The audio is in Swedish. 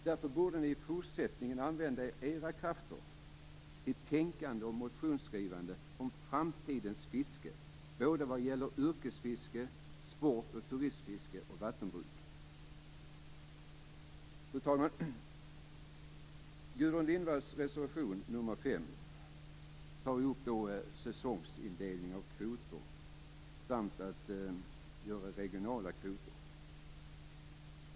Därför borde ni i fortsättningen använda era krafter till tänkande och motionsskrivande om framtidens fiske vad gäller såväl yrkesfiske, sport och turistfiske som vattenbruk. Fru talman! Gudrun Lindvalls reservation nr 5 tar upp säsongsindelning av kvoter samt regionala kvoter.